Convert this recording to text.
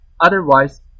otherwise